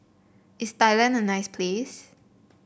is Thailand a nice place